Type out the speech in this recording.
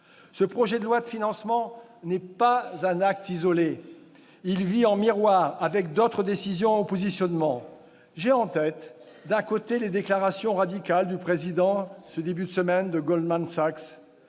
Ce projet de loi de financement n'est pas un acte isolé. Il doit être lu en miroir avec d'autres décisions ou positionnements. J'ai en tête, d'un côté, les déclarations radicales du président de Goldman Sachs,